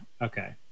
okay